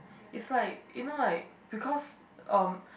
it's like you know like because um